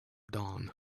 dawn